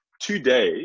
Today